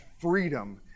freedom